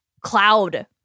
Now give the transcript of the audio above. cloud